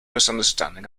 misunderstanding